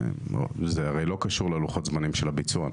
זה הרי לא קשור ללוחות זמנים של הביצוע,